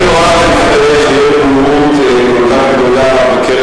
אני נורא מצטער שיש בורות כל כך גדולה בקרב